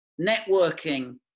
networking